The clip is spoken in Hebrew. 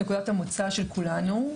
שנקודת המוצא של כולם,